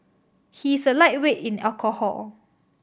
he is a lightweight in alcohol